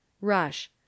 Rush